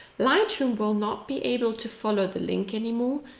lightroom will not be able to follow the link anymore.